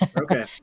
Okay